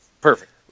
Perfect